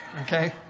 Okay